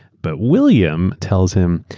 but william tells him,